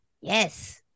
Yes